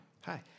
Hi